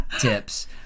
tips